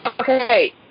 Okay